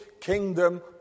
kingdom